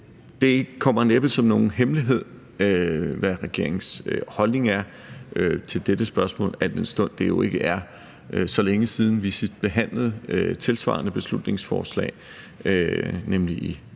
Det er næppe nogen hemmelighed, hvad regeringens holdning er til dette spørgsmål, al den stund det jo ikke er så længe siden, vi sidst behandlede et tilsvarende beslutningsforslag, nemlig i